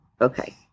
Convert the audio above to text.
Okay